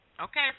Okay